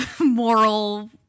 moral